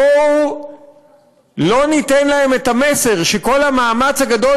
בואו לא ניתן להם את המסר שכל המאמץ הגדול